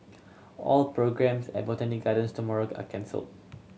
all programmes at Botanic Gardens tomorrow are cancel